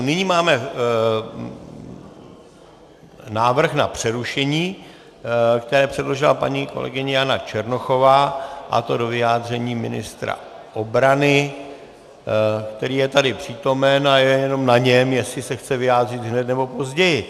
Nyní máme návrh na přerušení, který předložila paní kolegyně Jana Černochová, a to do vyjádření ministra obrany, který je tady přítomen, a je jenom na něm, jestli se chce vyjádřit hned, nebo později.